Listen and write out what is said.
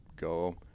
go